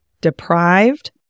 deprived